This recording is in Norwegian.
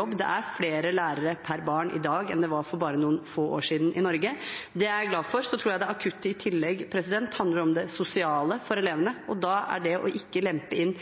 Det er flere lærere per barn i dag enn det var for bare noen få år siden i Norge. Det er jeg glad for. Så tror jeg det akutte i tillegg handler om det sosiale for elevene, og da er å ikke lempe inn